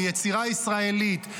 ביצירה ישראלית,